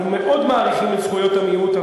אנחנו מאוד מעריכים את זכויות המיעוט,